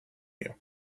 you